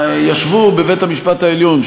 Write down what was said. ישבו בבית-המשפט העליון,